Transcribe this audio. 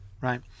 right